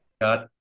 got